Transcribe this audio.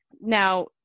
now